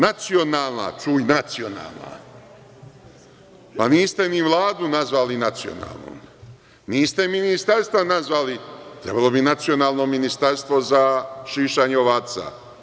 Nacionalna, čuj „Nacionalna“, pa niste ni Vladu nazvali nacionalna, niste ministarstva nazvali, trebalo bi ministarstvo nazvati „ministarstvo za šišanje ovaca“